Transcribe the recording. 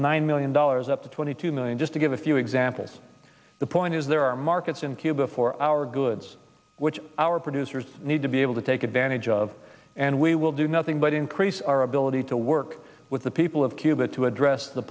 nine million dollars up to twenty two million just to give a few examples the point is there are markets in cuba for our goods which our producers need to be able to take advantage of and we will do nothing but increase our ability to work with the people of cuba to address the